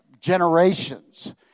generations